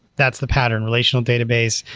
that's the pattern. relational database,